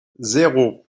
zéro